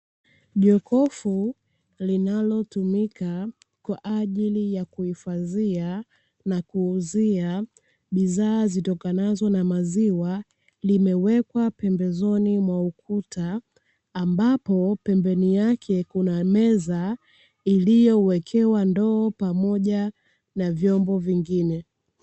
Jokofu linalotumika kwa ajili ya kuhifadhia na kuuzia bidhaa zitokanazo na maziwa, limewekwa pembezoni mwa ukuta ambapo pembeni yake kuna meza iliyowekewa ndoo pamoja na vyombo vingine.